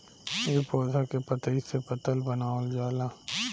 ए पौधा के पतइ से पतल बनावल जाला